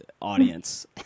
audience